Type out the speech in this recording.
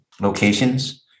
locations